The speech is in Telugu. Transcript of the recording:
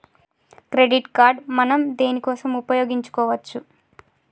క్రెడిట్ కార్డ్ మనం దేనికోసం ఉపయోగించుకోవచ్చు?